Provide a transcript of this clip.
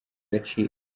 agaciro